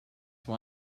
why